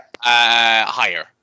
higher